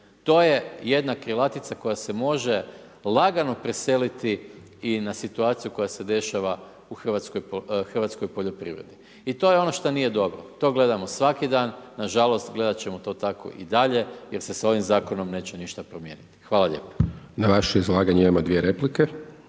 To je jedna krilatica koja se može lagano preseliti i na situaciju koja se dešava u hrvatskoj poljoprivredi. I to je ono što nije dobro. To gledamo svaki dan, nažalost gledati ćemo to tako i dalje, jer se s ovim zakonom, neće ništa promijeniti. Hvala lijepo. **Hajdaš Dončić, Siniša